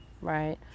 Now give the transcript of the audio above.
right